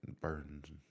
Burns